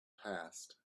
passed